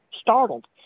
startled